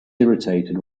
irritated